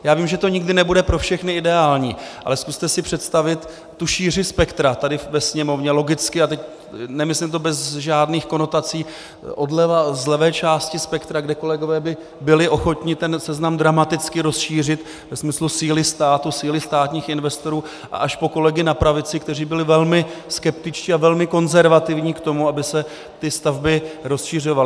Já vím, že to nikdy nebude pro všechny ideální, ale zkuste si představit tu šíři spektra tady ve Sněmovně, logicky, a nemyslím to bez žádných konotací, z levé části spektra, kde kolegové by byli ochotni ten seznam dramaticky rozšířit ve smyslu síly státu, síly státních investorů, až po kolegy na pravici, kteří byli velmi skeptičtí a velmi konzervativní k tomu, aby se ty stavby rozšiřovaly.